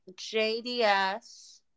JDS